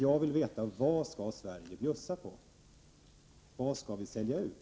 Jag vill veta vad Sverige skall bjuda på, och vad vi skall sälja ut.